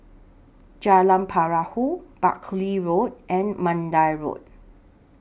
Jalan Perahu Buckley Road and Mandai Road